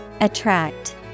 Attract